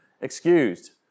excused